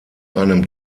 einem